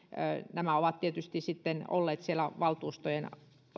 nämä ovat tietysti sitten olleet siellä valtuustojen